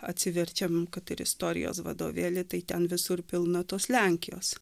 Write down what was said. atsiverčiam kad ir istorijos vadovėlį tai ten visur pilna tos lenkijos